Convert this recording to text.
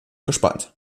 gespannt